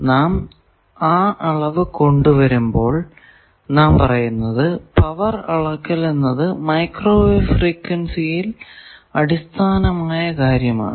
നാം അളവ് കൊണ്ടുവരുമ്പോൾ നാം പറയുന്നത് പവർ അളക്കൽ എന്നത് മൈക്രോവേവ് ഫ്രീക്വൻസിയിൽ അടിസ്ഥാനമായ കാര്യമാണ് എന്നാണ്